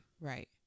Right